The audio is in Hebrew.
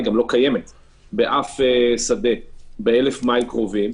היא גם לא קיימת באף שדה תעופה ב-1,000 המייל הקרובים.